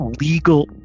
legal